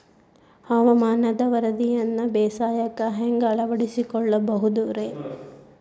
ಹವಾಮಾನದ ವರದಿಯನ್ನ ಬೇಸಾಯಕ್ಕ ಹ್ಯಾಂಗ ಅಳವಡಿಸಿಕೊಳ್ಳಬಹುದು ರೇ?